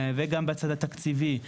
וגם בצד התקציבי,